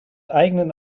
eigenen